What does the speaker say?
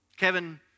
Kevin